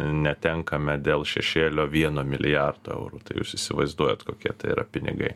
netenkame dėl šešėlio vieno milijardo eurų tai jūs įsivaizduojat kokie tai yra pinigai